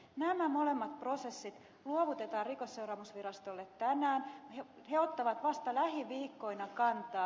nämä molemmat prosessit luovutetaan rikosseuraamusvirastolle tänään ja he ottavat vasta lähiviikkoina kantaa